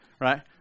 right